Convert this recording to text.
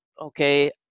okay